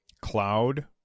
Cloud